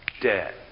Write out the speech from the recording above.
dead